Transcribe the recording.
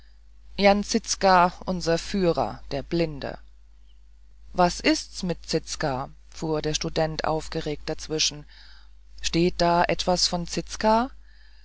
jan zizka unser führer zizka der blinde was ist's mit zizka fuhr der student aufgeregt dazwischen steht da etwas von zizka